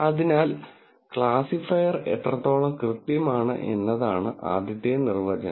അതിനാൽ ക്ലാസിഫയർ എത്രത്തോളം കൃത്യമാണ് എന്നതാണ് ആദ്യത്തെ നിർവചനം